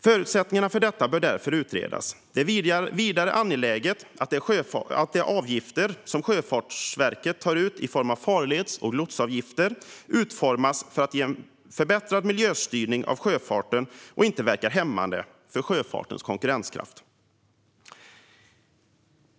Förutsättningarna för detta bör därför utredas. Det är också angeläget att de farleds och lotsavgifter som Sjöfartsverket tar ut utformas så att de ger en förbättrad miljöstyrning av sjöfarten och inte verkar hämmande för sjöfartens konkurrenskraft.